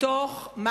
מתוך מה